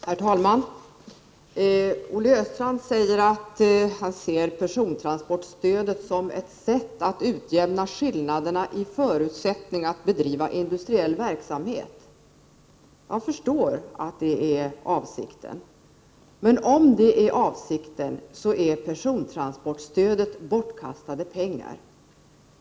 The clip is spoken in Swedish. Herr talman! Olle Östrand sade att han uppfattat persontransportstödet som ett sätt att utjämna skillnaderna i förutsättningar att bedriva industriell verksamhet. Jag förstår att det är hans avsikt med stödet, men om detta är avsikten så är persontransportstödet bortkastade pengar.